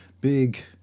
big